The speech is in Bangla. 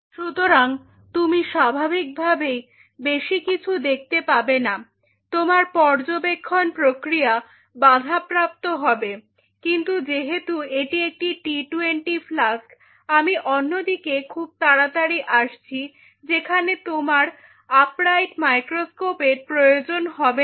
সুতরাং তুমি স্বাভাবিকভাবেই বেশি কিছু দেখতে পাবে না তোমার পর্যবেক্ষণ প্রক্রিয়া বাধাপ্রাপ্ত হবে কিন্তু যেহেতু এটি একটি টি টোয়েন্টি ফ্লাস্ক আমি অন্যদিকে খুব তাড়াতাড়ি আসছি যেখানে তোমার আপরাইট মাইক্রোস্কোপের প্রয়োজন হবে না